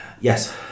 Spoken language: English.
yes